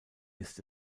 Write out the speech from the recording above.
ist